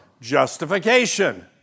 justification